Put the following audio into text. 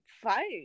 fight